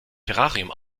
terrarium